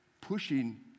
pushing